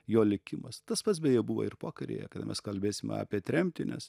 jo likimas tas pats beje buvo ir pokaryje kada mes kalbėsim apie tremtį nes